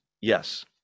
Yes